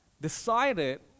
decided